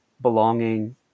belonging